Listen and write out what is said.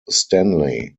stanley